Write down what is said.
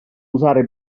usare